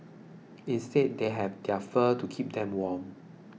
instead they have their fur to keep them warm